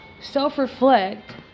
self-reflect